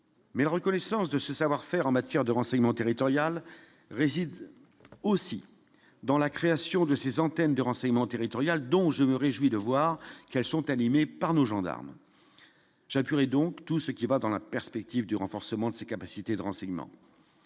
mais la reconnaissance de ce savoir-faire en matière de renseignement territorial réside aussi dans la création de ces antennes de renseignement territorial dont je me réjouis de voir qu'elles sont animées par nos gendarmes Jaïpur et donc tout ce qui va dans la perspective du renforcement de ses capacités de renseignement,